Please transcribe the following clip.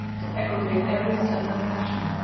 to aggravate every slender passion,